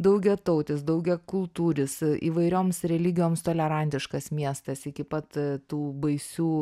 daugiatautis daugiakultūris įvairioms religijoms tolerantiškas miestas iki pat tų baisių